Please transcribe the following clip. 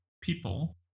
people